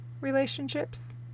relationships